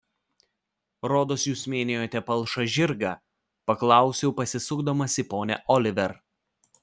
rodos jūs minėjote palšą žirgą paklausiau pasisukdamas į ponią oliver